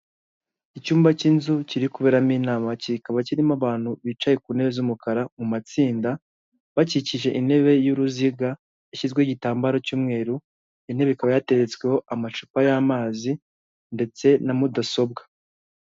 Icyumba cy'inzu kiri kuberamo inama, kikaba kirimo abantu bicaye ku ntebe z'umukara mu matsinda, bakikije intebe y'uruziga yashyizweho igitambaro cy'umweru, iyo ntebe ikaba yateretsweho amacupa y'amazi ndetse na mudasobwa.